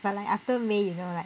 but like after may you know like